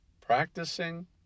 Practicing